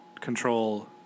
control